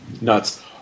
nuts